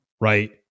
right